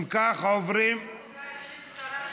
הודעה אישית קצרה.